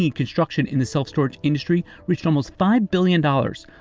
and construction in the self-storage industry reached almost five billion dollars,